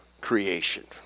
creation